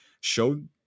showed